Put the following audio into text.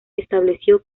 estableció